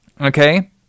okay